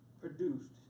produced